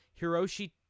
Hiroshi